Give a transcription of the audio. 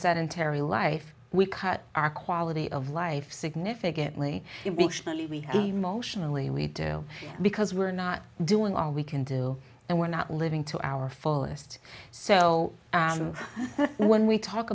sedentary life we cut our quality of life significantly emotionally and we do because we're not doing all we can do and we're not living to our fullest so when we talk